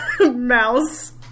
mouse